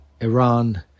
Iran